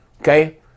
okay